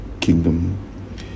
kingdom